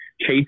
Chase